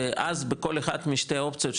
ואז בכל אחת משתי האופציות,